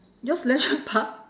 yours leisure park